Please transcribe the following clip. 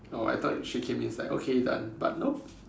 oh I thought she came it's like okay done but nope